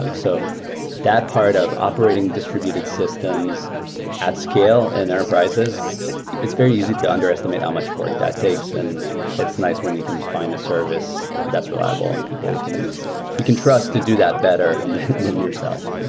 um so that part of operating distributed systems at scale and enterprises is very easy to underestimate how much work that takes, and it's nice when you can find a service that's reliable and people you can trust to do that better than yourself.